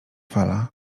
fala